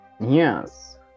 Yes